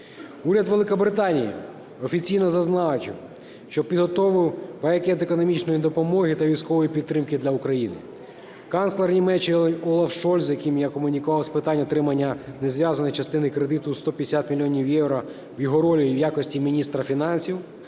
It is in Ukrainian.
Уряд Великобританії офіційно зазначив, що підготував пакет економічної допомоги та військової підтримки для України. Канцлер Німеччини Олаф Шольц, з яким я комунікував з питань отримання незв'язаної частини кредиту 150 мільйонів євро в його ролі в якості міністра фінансів